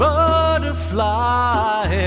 Butterfly